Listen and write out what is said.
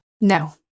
No